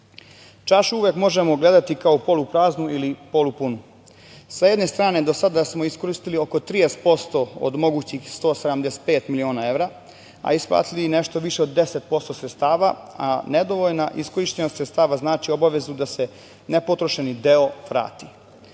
evra. Čašu uvek možemo gledati kao polu praznu ili kao polu punu. Sa jedne strane do sada smo iskoristili oko 30% od mogućih 175 miliona evra, a isplatili nešto više od 10% sredstava, a nedovoljna iskorišćenost sredstava znači obavezu da se nepotrošeni deo vrati.